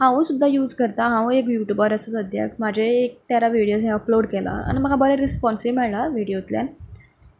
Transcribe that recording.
हांव सुद्दां यूज करतां हांवूय एक यूट्यूबर आसा सद्याक माजेय एक तेरा विडियोज हें अपलोड केल्या आनी म्हाका बरें रिस्पोन्सूय मेळ्ळा विडियोतल्यान